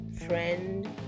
friend